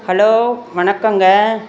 hello வணக்கோங்க